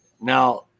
Now